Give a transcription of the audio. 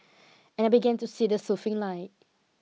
and I began to see the soothing light